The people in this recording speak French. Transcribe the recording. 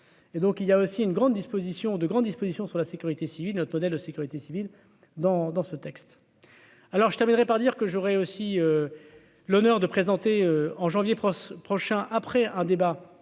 disposition de grandes dispositions sur la sécurité civile, notre modèle de sécurité civile dans dans ce texte. Alors je terminerai par dire que j'aussi l'honneur de présenter en janvier prochain après un débat